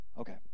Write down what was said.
Okay